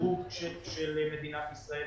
הדירוג של מדינת ישראל.